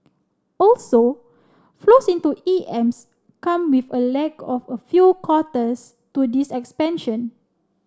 also flows into E Ms come with a lag of a few quarters to this expansion